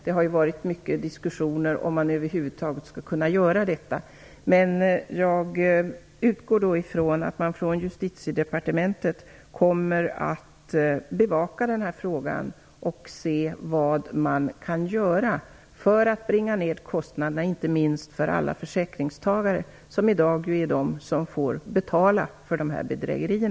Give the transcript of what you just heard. Det har varit många diskussioner om man över huvud taget skall kunna göra detta, men jag utgår från att man från Justitiedepartementet kommer att bevaka denna fråga och se vad som kan göras för att bringa ned kostnaderna, inte minst för alla försäkringstagare som ju i dag är de som får betala för dessa bedrägerier.